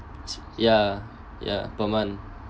ya ya per month